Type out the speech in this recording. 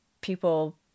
people